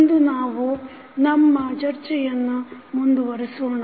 ಇಂದು ನಾವು ನಮ್ಮ ಚರ್ಚೆಯನ್ನು ಮುಂದುವರಿಸೋಣ